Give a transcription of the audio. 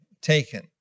taken